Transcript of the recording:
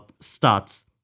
starts